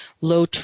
low